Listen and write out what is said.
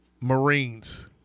Marines